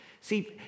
See